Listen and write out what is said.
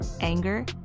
anger